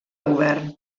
govern